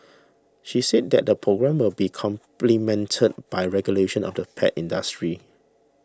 she said that the programme will be complemented by regulation of the pet industry